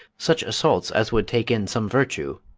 such assaults as would take in some virtue.